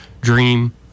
dream